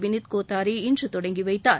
வினித் கோத்தாரி இன்று தொடங்கி வைத்தார்